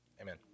Amen